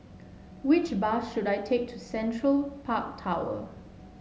which bus should I take to Central Park Tower